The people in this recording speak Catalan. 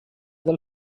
del